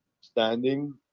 standing